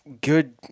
good